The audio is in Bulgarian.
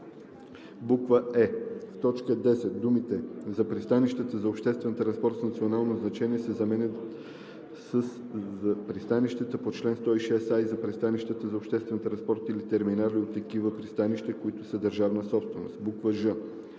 е) в т. 10 думите „за пристанищата за обществен транспорт с национално значение“ се заменят със „за пристанищата по чл. 106а и за пристанищата за обществен транспорт или терминали от такива пристанища, които са държавна собственост“; ж) в т.